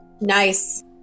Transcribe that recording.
Nice